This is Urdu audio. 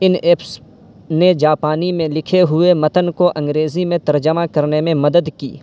ان ایپس نے جاپانی میں لکھے ہوئے متن کو انگریزی میں ترجمہ کرنے میں مدد کی